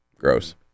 Gross